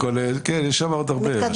יש שם עוד הרבה.